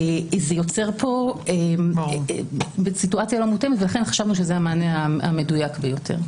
זה יוצר סיטואציה לא מותאמת ולכן חשבנו שזה המענה המדויק ביותר.